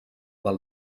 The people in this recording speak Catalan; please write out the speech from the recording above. del